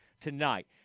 tonight